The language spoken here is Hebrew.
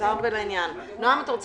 3 בעד, אין מתנגדים, נמנע אחד.